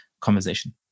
conversation